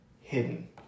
hidden